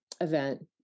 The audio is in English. event